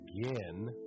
again